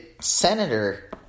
senator